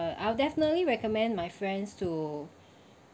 I will definitely recommend my friends to